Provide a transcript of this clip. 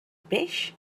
peix